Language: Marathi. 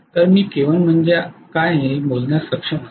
तर मी K1 म्हणजे काय हे मोजण्यास सक्षम असावे